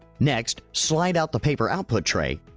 next, slide out the paper output tray,